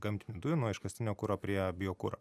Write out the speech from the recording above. gamtinių dujų nuo iškastinio kuro prie biokuro